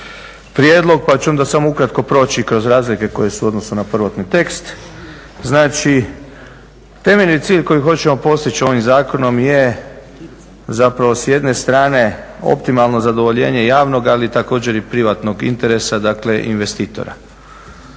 prijedlog pa ću onda samo ukratko proći kroz razlike koje su u odnosu na prvotni tekst. Znači temeljni cilj kojeg hoćemo postići ovim zakonom je zapravo s jedne strane optimalno zadovoljenje javnoga ali također i privatnog interesa dakle investitora,